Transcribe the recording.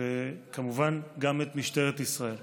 וכמובן גם את משטרת ישראל.